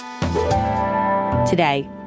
Today